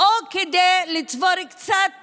או כדי לצבור קצת